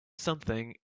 something